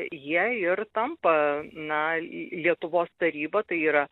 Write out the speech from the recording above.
jie ir tampa na lietuvos taryba tai yra